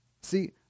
See